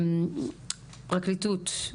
פרקליטות,